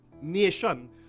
nation